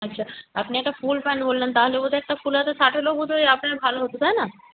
আচ্ছা আপনি একটা ফুল প্যান্ট বললেন তাহলে বোধ হয় একটা ফুল হাতা শার্ট হলেও বোধ হয় আপনার ভালো হতো তাই না